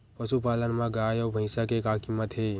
पशुपालन मा गाय अउ भंइसा के का कीमत हे?